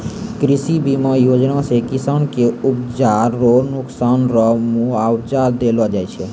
कृषि बीमा योजना से किसान के उपजा रो नुकसान रो मुआबजा देलो जाय छै